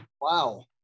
wow